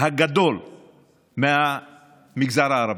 הגדול מהמגזר הערבי,